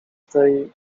tej